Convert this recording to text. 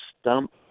stump